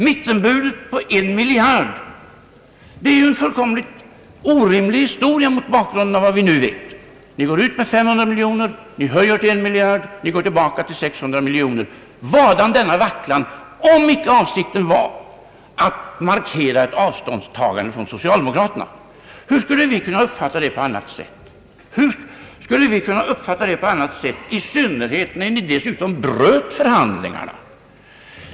Mittenpartiernas bud på 1 miljard är ju fullständigt orimligt mot bakgrunden av vad vi nu vet. Ni går ut med ett bud på 500 miljoner kronor, höjer det till 1 miljard kronor och går tillbaka till 600 miljoner kronor. Vadan denna vacklan, om icke avsikten varit att markera ett avståndstagande från socialdemokraterna? Hur skulle vi kunna uppfatta det på annat sätt, i synnerhet när ni dessutom bröt förhandlingarna?